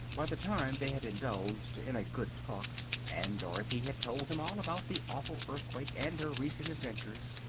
by the time they had indulged in a good talk and dorothy had told them all about the awful earthquake and her recent adventures,